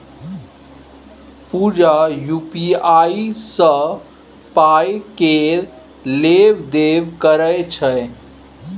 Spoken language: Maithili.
पुजा यु.पी.आइ सँ पाइ केर लेब देब करय छै